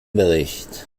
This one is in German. bericht